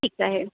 ठीक आहे